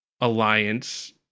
alliance